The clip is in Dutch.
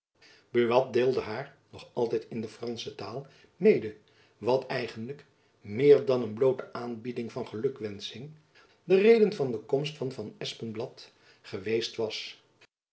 buat deelde haar altijd nog in de fransche taal mede wat eigenlijk meer dan een bloote aanbieding van gelukwensching de reden van de komst van van espenblad geweest was